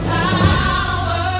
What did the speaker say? power